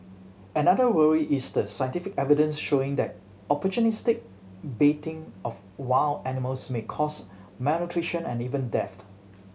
another worry is the scientific evidence showing that opportunistic baiting of wild animals may cause malnutrition and even death